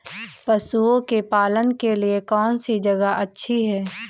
पशुओं के पालन के लिए कौनसी जगह अच्छी है?